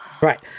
Right